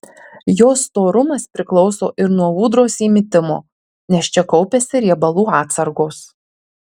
jos storumas priklauso ir nuo ūdros įmitimo nes čia kaupiasi riebalų atsargos